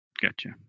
Gotcha